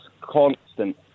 constant